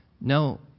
No